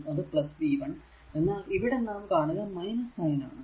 അത് v1 എന്നാൽ ഇവിടെ നാം കാണുക സൈൻ ആണ്